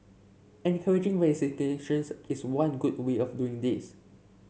encouraging vaccinations is one good way of doing this